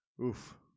Oof